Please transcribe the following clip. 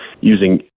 using